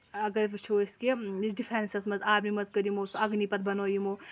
اَگر وُچھو أسۍ کہِ یُس ڈِفینسس منٛز آرمی منٛز کٔر یِمو سُہ أگنی پَتھ بَنو یِمو